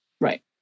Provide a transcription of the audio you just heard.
Right